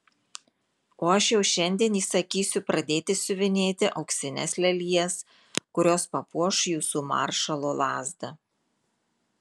o aš jau šiandien įsakysiu pradėti siuvinėti auksines lelijas kurios papuoš jūsų maršalo lazdą